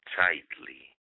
tightly